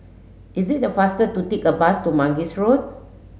is it the faster to take a bus to Mangis Road